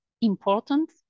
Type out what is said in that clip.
important